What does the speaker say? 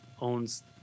owns